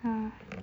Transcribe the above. hmm